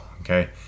okay